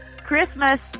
Christmas